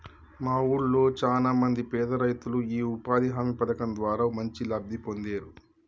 మా వూళ్ళో చానా మంది పేదరైతులు యీ ఉపాధి హామీ పథకం ద్వారా మంచి లబ్ధి పొందేరు